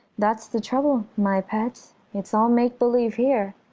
that's the trouble, my pet it's all make-believe here.